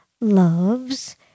loves